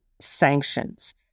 sanctions